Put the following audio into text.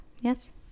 Yes